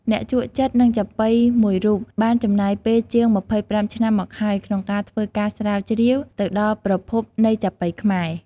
អ្នកជក់ចិត្តនឹងចាប៉ីមួយរូប បានចំណាយពេលជាង ២៥ ឆ្នាំមកហើយ ក្នុងការធ្វើការស្រាវជ្រាវទៅដល់ប្រភពនៃចាប៉ីខ្មែរ។